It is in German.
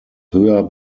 höher